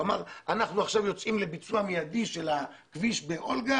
אמר שאנחנו עכשיו יוצאים לביצוע מיידי של הכביש באולגה